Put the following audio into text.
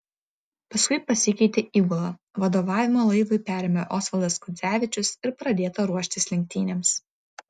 paskui pasikeitė įgula vadovavimą laivui perėmė osvaldas kudzevičius ir pradėta ruoštis lenktynėms